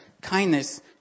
kindness